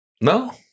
No